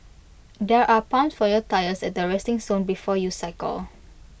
there are pumps for your tyres at the resting zone before you cycle